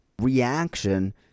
reaction